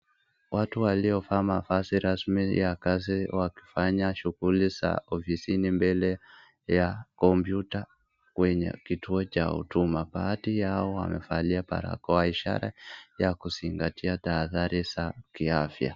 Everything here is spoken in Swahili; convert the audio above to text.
Watu walio faa mavazi rasmi ya kazi wakifanya shughuli za ofisini mbele ya kompyuta kwenye kituo cha huduma. Baadhi yao wamevalia barakoa ishara ya kuzingatia tahadhali za kiafya.